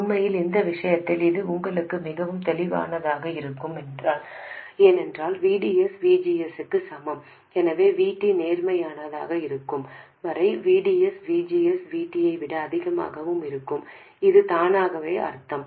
உண்மையில் இந்த விஷயத்தில் இது உங்களுக்கு மிகவும் தெளிவாக இருக்க வேண்டும் ஏனென்றால் VDS VGS க்கு சமம் எனவே VT நேர்மறையாக இருக்கும் வரை VDS VGS VT ஐ விட அதிகமாக இருக்கும் என்று தானாகவே அர்த்தம்